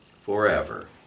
forever